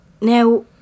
Now